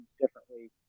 differently